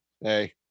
Hey